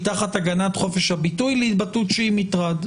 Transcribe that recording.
תחת הגנת חופש הביטוי להתבטאות שהיא מטרד.